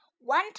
One